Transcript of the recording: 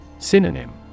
Synonym